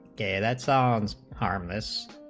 day that sounds harmless